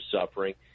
suffering